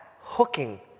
hooking